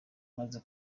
maze